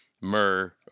myrrh